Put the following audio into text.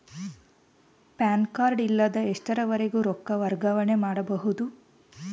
PAN card ಇಲ್ಲದ ಎಷ್ಟರವರೆಗೂ ರೊಕ್ಕ ವರ್ಗಾವಣೆ ಮಾಡಬಹುದು?